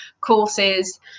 courses